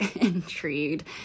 intrigued